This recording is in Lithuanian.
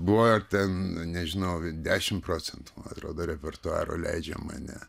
buvo ten nežinau dešimt procentų atrodo repertuaro leidžia ne